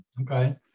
Okay